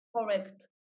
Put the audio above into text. Correct